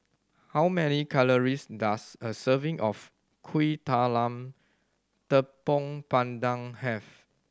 how many calories does a serving of Kuih Talam Tepong Pandan have